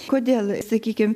kodėl sakykim